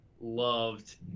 loved